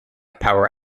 power